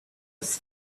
was